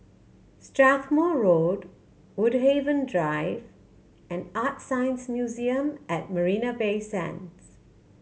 Strathmore Road Woodhaven Drive and ArtScience Museum at Marina Bay Sands